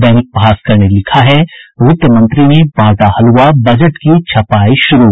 दैनिक भास्कर ने लिखा है वित्त मंत्री ने बांटा हलुआ बजट की छपाई शुरू